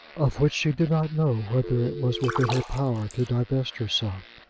of which she did not know whether it was within her power to divest herself.